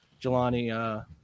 Jelani